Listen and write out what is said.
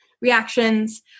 reactions